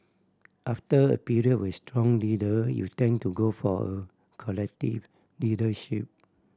after a period with strong leader you tend to go for a collective leadership